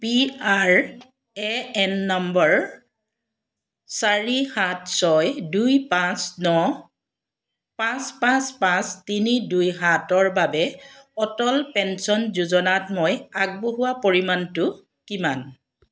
P R A N number চাৰি সাত ছয় দুই পাঁচ ন পাঁচ পাঁচ পাঁচ তিনি দুই সাত ৰ বাবে অটল পেঞ্চন যোজনাত মই আগবঢ়োৱা পৰিমাণটো কিমান